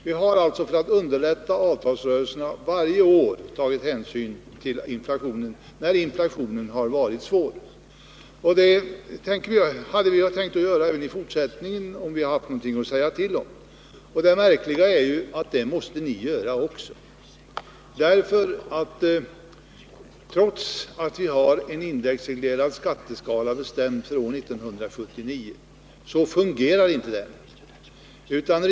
Vi har alltså för att underlätta avtalsrörelserna varje år tagit hänsyn till om inflationen har varit svår. Det hade vi tänkt göra även i fortsättningen, om vi hade haft något att säga till om. Det märkliga är att även ni måste göra det, trots att vi har bestämt en indexreglerad skatteskala för år 1979. Den kommer nämligen inte att fungera.